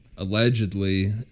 Allegedly